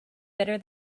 better